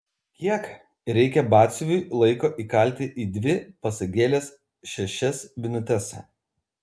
kiek reikia batsiuviui laiko įkalti į dvi pasagėles šešias vinutes